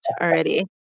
already